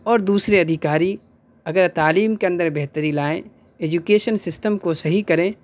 اور دوسرے ادھیکاری اگر تعلیم کے اندر بہتری لائیں ایجوکیشن سسٹم کو صحیح کریں